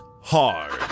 hard